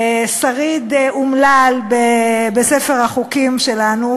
שריד אומלל בספר החוקים שלנו,